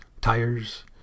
tires